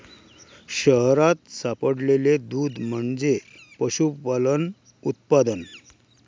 शहरात सापडलेले दूध म्हणजे पशुपालन उत्पादन